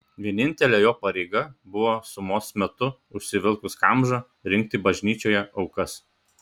vienintelė jo pareiga buvo sumos metu užsivilkus kamžą rinkti bažnyčioje aukas